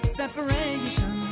separation